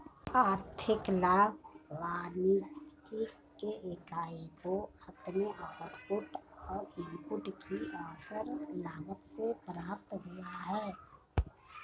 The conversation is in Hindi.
आर्थिक लाभ वाणिज्यिक इकाई को अपने आउटपुट और इनपुट की अवसर लागत से प्राप्त हुआ है